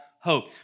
Hope